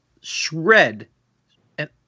shred—and